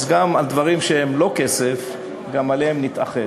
אז גם על דברים שהם לא כסף, גם עליהם נתאחד.